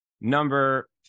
number